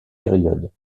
périodes